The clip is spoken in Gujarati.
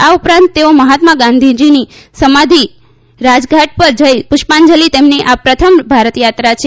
આ ઉપરાંત તેઓ મહાત્મા ગાંધીજીની સમાધી રાજધાટ પર જઈ પુષ્પાંજલિ તેમની આ પ્રથમ ભારતયાત્રા છે